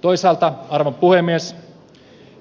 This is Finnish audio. toisaalta arvon puhemies